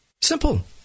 Simple